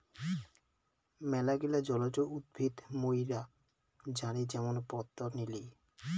মেলাগিলা জলজ উদ্ভিদ মুইরা জানি যেমন পদ্ম, নিলি